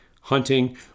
hunting